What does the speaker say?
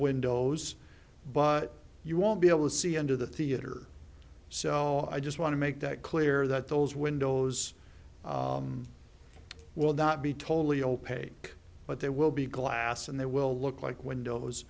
windows but you won't be able to see into the theater so i just want to make that clear that those windows will not be totally opaque but they will be glass and they will look like windows